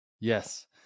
Yes